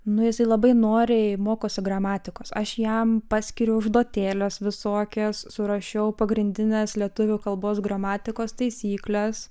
nu jisai labai noriai mokosi gramatikos aš jam paskiriu užduotėles visokias surašiau pagrindines lietuvių kalbos gramatikos taisykles